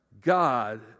God